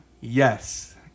Yes